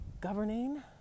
governing